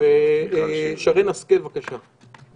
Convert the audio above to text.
שרן השכל, בבקשה.